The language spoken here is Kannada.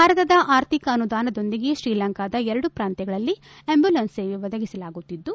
ಭಾರತದ ಅರ್ಥಿಕ ಅನುದಾನದೊಂದಿಗೆ ಶ್ರೀಲಂಕಾದ ಎರಡು ಪ್ರಾಂತ್ತಗಳಲ್ಲಿ ಆ್ತಂಬುಲೆನ್ಸ್ ಸೇವೆ ಒದಗಿಸಲಾಗುತ್ತಿದ್ದು